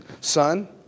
Son